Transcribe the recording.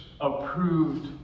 approved